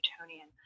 Newtonian